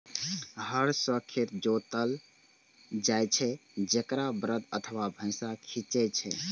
हर सं खेत जोतल जाइ छै, जेकरा बरद अथवा भैंसा खींचै छै